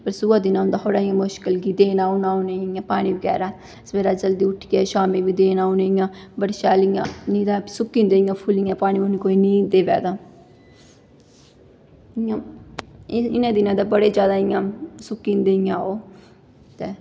पर सोहै दिनें होंदा थोह्ड़ा इ'यां मुश्कल कि देना उ'नेंगी पानी बगैरा सवेरे जल्दी उट्ठियै शाम्मी बी देना उ'नेंगी इ'यां बड़ी शैल इ'यां निं तां सुक्की जंदे इ'यां फुल्ल इ'यां पानी पूनी कोई निं देवै तां इ'यां इन्ने दिनें तां बड़े जादा इ'यां सुक्की जंदे इ'यां ओह् ते